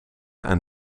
aan